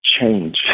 change